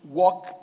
walk